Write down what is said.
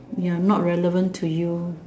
ya not relevant to you